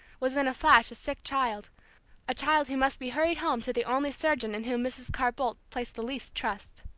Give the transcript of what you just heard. was in a flash a sick child a child who must be hurried home to the only surgeon in whom mrs. carr-boldt placed the least trust.